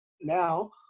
Now